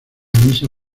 misa